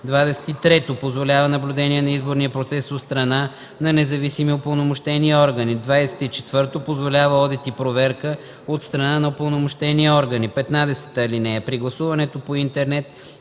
23. позволява наблюдение на изборния процес от страна на независими упълномощени органи; 24. позволява одит и проверка от страна на упълномощени органи. (15) При гласуването по интернет